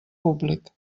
públic